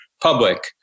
public